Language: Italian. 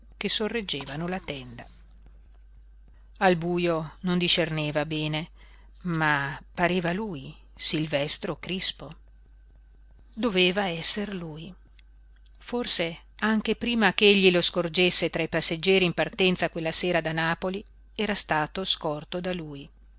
che sorreggevano la tenda al bujo non discerneva bene ma pareva lui silvestro crispo doveva esser lui forse anche prima che egli lo scorgesse tra i passeggeri in partenza quella sera da napoli era stato scorto da lui